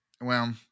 Well-